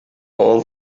all